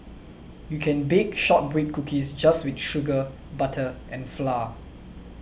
you can bake Shortbread Cookies just with sugar butter and flour